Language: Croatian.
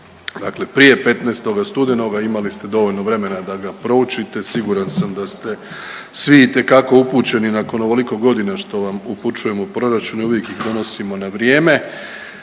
dakle prije 15. studenoga imali ste dovoljno vremena da ga proučite. Siguran sam da ste svi itekako upućeni nakon ovoliko godina što vam upućujemo u proračune, uvijek ih donosimo na vrijeme,